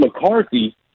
McCarthy